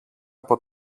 από